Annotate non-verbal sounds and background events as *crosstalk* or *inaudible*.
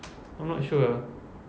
*noise* I'm not sure ah